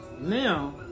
Now